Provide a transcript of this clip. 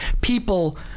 people